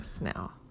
now